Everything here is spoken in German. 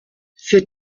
für